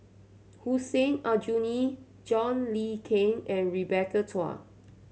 Hussein Aljunied John Le Cain and Rebecca Chua